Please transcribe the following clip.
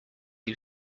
you